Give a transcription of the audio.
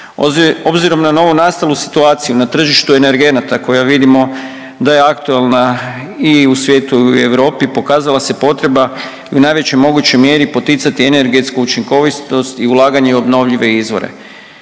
Obzirom na novonastalu situaciju na tržištu energenata koja, vidimo da je aktualna i u svijetu i Europu, pokazala se potreba u najvećoj mogućoj mjeri poticati energetsku učinkovitost i ulaganje u obnovljive izbore